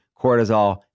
cortisol